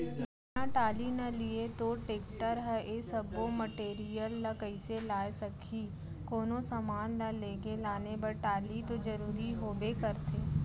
बिना टाली ल लिये तोर टेक्टर ह ए सब्बो मटेरियल ल कइसे लाय सकही, कोनो समान ल लेगे लाने बर टाली तो जरुरी होबे करथे